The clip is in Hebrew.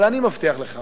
אבל אני מבטיח לך